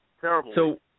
Terrible